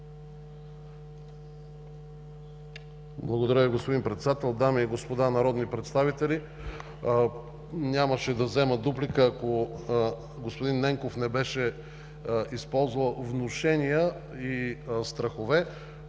Благодаря Ви, господин Председател. Дами и господа народни представители! Нямаше да взема дуплика, ако господин Ненков не беше използвал „внушения“ и „страхове“.